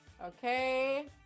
Okay